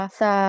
sa